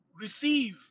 receive